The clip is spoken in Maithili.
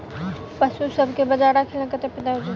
पशुसभ केँ बाजरा खिलानै कतेक फायदेमंद होइ छै?